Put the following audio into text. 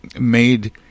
made